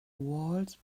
walls